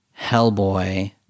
Hellboy